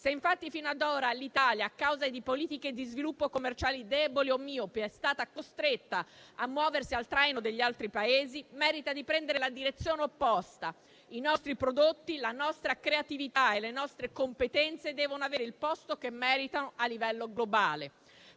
Se infatti fino ad ora l'Italia, a causa di politiche di sviluppo commerciale deboli o miopi, è stata costretta a muoversi al traino degli altri Paesi, merita di prendere la direzione opposta. I nostri prodotti, la nostra creatività e le nostre competenze devono avere il posto che meritano a livello globale.